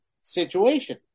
situation